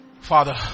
Father